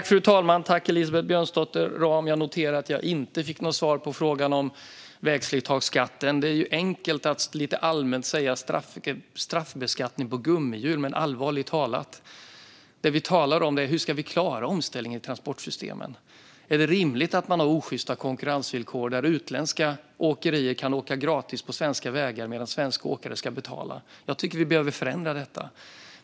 Fru talman och Elisabeth Björnsdotter Rahm! Jag noterar att jag inte fick något svar på frågan om vägslitageskatten. Det är enkelt att lite allmänt tala om straffbeskattning på gummihjul. Men allvarligt talat, det vi talar om är hur vi ska klara omställningen i transportsystemen. Är det rimligt med osjysta konkurrensvillkor där utländska åkare kan åka gratis på svenska vägar medan svenska åkare ska betala? Jag tycker att vi behöver förändra detta.